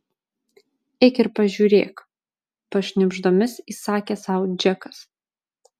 eik ir pažiūrėk pašnibždomis įsakė sau džekas